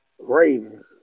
Ravens